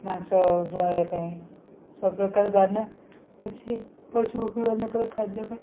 ମାଂସ ପାଇବା ପାଇଁ ସବୁପ୍ରକାର ଦାନା ଅଛି ପଶୁପକ୍ଷୀ ମାନଙ୍କର ଖାଦ୍ୟ